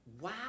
wow